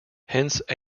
hence